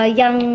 yang